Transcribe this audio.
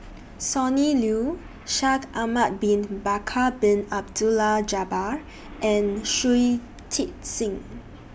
Sonny Liew Shaikh Ahmad Bin Bakar Bin Abdullah Jabbar and Shui Tit Sing